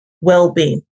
well-being